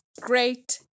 Great